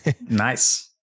Nice